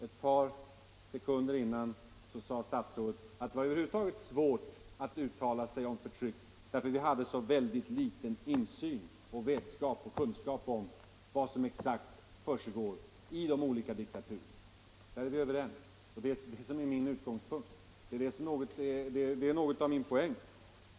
Några sekunder tidigare sade statsrådet att det över huvud taget var svårt att uttala sig om förtryck därför att vi hade så liten insyn, så liten vetskap och kunskap om vad som exakt försigår i de olika diktaturerna. Där är vi överens. Det är detta som är min utgångspunkt. Det är något av min poäng.